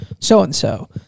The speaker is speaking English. so-and-so